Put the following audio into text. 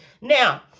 Now